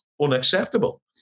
unacceptable